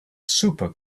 super